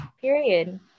Period